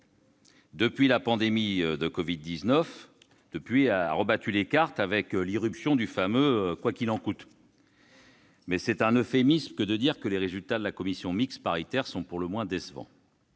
La pandémie de covid-19 a rebattu les cartes avec l'irruption du fameux « quoi qu'il en coûte ». Mais c'est un euphémisme que de dire que les résultats de la commission mixte paritaire sont pour le moins décevants.